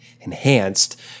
enhanced